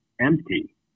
empty